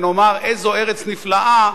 ונאמר: איזו ארץ נפלאה,